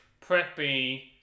preppy